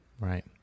Right